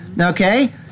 Okay